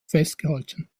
festgehalten